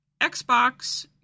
Xbox